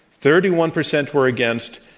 thirty one percent were against,